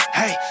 hey